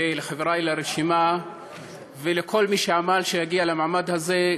לחברי לרשימה ולכל מי שעמל שאגיע למעמד הזה.